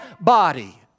body